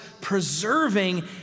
preserving